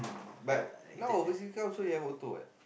but now overseas car also you have auto what